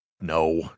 No